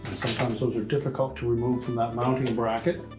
sometimes those are difficult to remove from that mounting bracket.